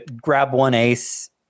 grab-one-ace